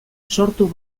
sortu